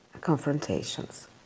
confrontations